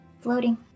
floating